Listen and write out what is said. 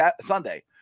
Sunday